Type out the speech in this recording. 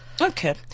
Okay